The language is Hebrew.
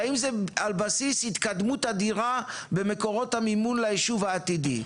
האם זה על בסיס התקדמות אדירה במקורות המימון ליישוב העתידי?